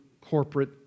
corporate